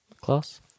class